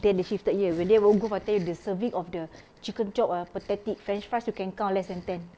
then they shifted here when they were at woodgrove I tell you the serving of the chicken chop ah pathetic french fries you can count less than ten